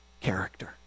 character